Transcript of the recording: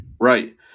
Right